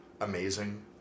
Amazing